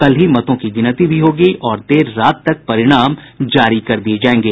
कल ही मतों की गिनती भी होगी और देर रात तक परिणाम जारी कर दिये जायेंगे